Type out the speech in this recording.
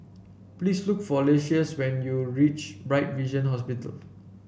please look for Lucious when you reach Bright Vision Hospital